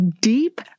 deep